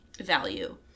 value